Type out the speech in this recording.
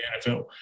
NFL